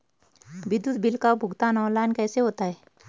विद्युत बिल का भुगतान ऑनलाइन कैसे होता है?